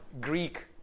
Greek